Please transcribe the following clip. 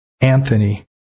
Anthony